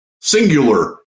singular